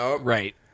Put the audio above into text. Right